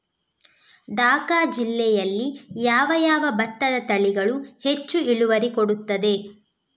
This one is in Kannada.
ದ.ಕ ಜಿಲ್ಲೆಯಲ್ಲಿ ಯಾವ ಯಾವ ಭತ್ತದ ತಳಿಗಳು ಹೆಚ್ಚು ಇಳುವರಿ ಕೊಡುತ್ತದೆ?